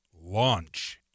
launch